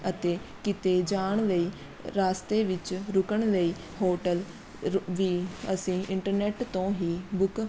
ਅਤੇ ਕਿਤੇ ਜਾਣ ਲਈ ਰਸਤੇ ਵਿੱਚ ਰੁਕਣ ਲਈ ਹੋਟਲ ਰ ਵੀ ਅਸੀਂ ਇੰਟਰਨੈੱਟ ਤੋਂ ਹੀ ਬੁੱਕ